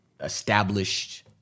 established